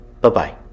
Bye-bye